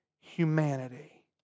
humanity